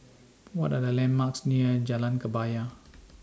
What Are The landmarks near Jalan Kebaya